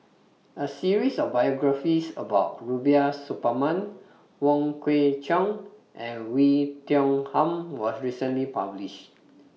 A series of biographies about Rubiah Suparman Wong Kwei Cheong and Oei Tiong Ham was recently published